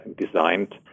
designed